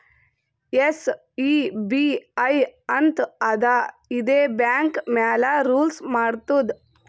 SEBI ಅಂತ್ ಅದಾ ಇದೇ ಬ್ಯಾಂಕ್ ಮ್ಯಾಲ ರೂಲ್ಸ್ ಮಾಡ್ತುದ್